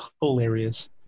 hilarious